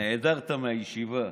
נעדרת מהישיבה,